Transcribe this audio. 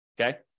okay